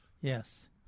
Yes